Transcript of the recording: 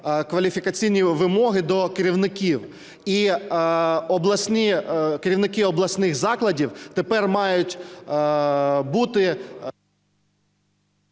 кваліфікаційні вимоги до керівників, і керівники обласних закладів тепер мають бути…